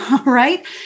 right